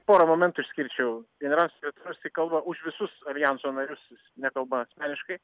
pora momentų išskirčiau generalinis sekretorius tai kalba už visus aljanso narius jis nekalba asmeniškai